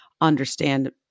understand